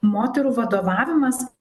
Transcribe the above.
moterų vadovavimas